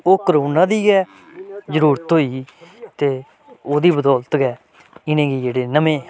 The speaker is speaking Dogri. ओह् कोरोना दी गै जरूरत होई ही ते ओह्दी बदौलत गै इ'नें गी जेह्ड़े नमें